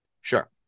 Sure